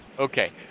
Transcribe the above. Okay